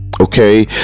okay